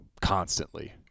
constantly